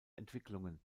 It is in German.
entwicklungen